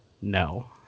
no